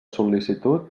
sol·licitud